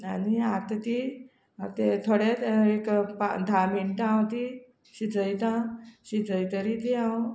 आनी आतां ती ते थोडे एक धा मिनटां हांव ती शिजयता शिजयतरी ती हांव